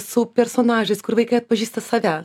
su personažais kur vaikai atpažįsta save